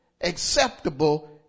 acceptable